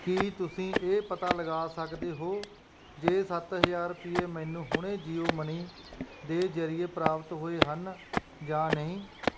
ਕੀ ਤੁਸੀਂਂ ਇਹ ਪਤਾ ਲਗਾ ਸਕਦੇ ਹੋ ਜੇ ਸੱਤ ਹਜ਼ਾਰ ਰੁਪਏ ਮੈਨੂੰ ਹੁਣੇ ਜੀਓ ਮਨੀ ਦੇ ਜ਼ਰੀਏ ਪ੍ਰਾਪਤ ਹੋਏ ਹਨ ਜਾਂ ਨਹੀਂ